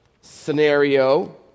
scenario